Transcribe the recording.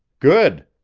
good.